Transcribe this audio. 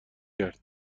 کرد